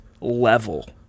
level